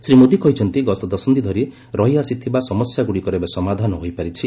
ଶ୍ରୀ ମୋଦି କହିଛନ୍ତି ଗତ ଦଶନ୍ଧି ଧରି ରହିଆସିଥିବା ସମସ୍ୟାଗୁଡ଼ିକର ଏବେ ସମାଧାନ ହୋଇପାରିଛି